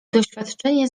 doświadczenie